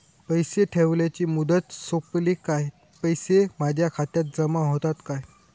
पैसे ठेवल्याची मुदत सोपली काय पैसे माझ्या खात्यात जमा होतात काय?